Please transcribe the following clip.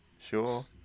sure